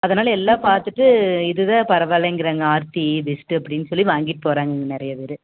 அதனால் எல்லாம் பார்த்துட்டு இது தான் பரவால்லைங்கிறாங்க ஆர்த்தி பெஸ்ட்டு அப்படின்னு சொல்லி வாங்கிட்டு போகறாங்கங்க நிறைய பேர்